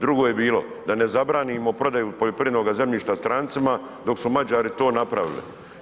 Drugo je bilo da ne zabranimo poljoprivrednog zemljišta strancima dok su Mađari to napravili.